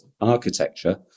architecture